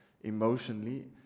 emotionally